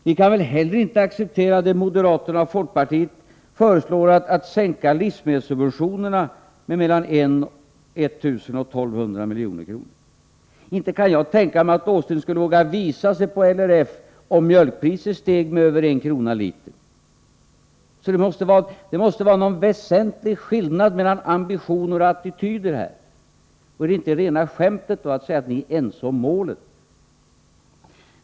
Ni kan väl heller inte acceptera moderaternas och folkpartiets förslag att sänka livsmedelssubventionerna med 1 000-1 200 milj.kr. Inte kan jag tänka mig att Åsling skulle våga visa sig på LRF, om mjölkpriset steg med över en krona litern. Det måste alltså vara någon väsentlig skillnad mellan ambitioner och attityder här. Är det då inte rena skämtet att säga att ni är ense om målet?